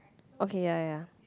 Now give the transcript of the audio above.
okay ya ya ya